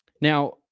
Now